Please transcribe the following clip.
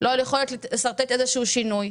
לא על יכולת לשרטט איזשהו שינוי.